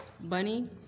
Bunny